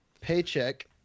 Paycheck